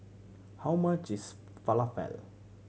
how much is Falafel